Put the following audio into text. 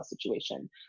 situation